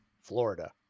Florida